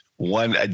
One